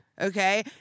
okay